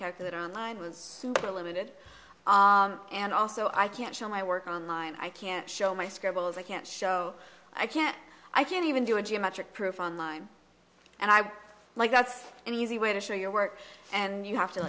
calculator on line was super limited and also i can't show my work on line i can't show my scribbles i can't show i can't i can't even do a geometric proof on line and i like that's an easy way to show your work and you have to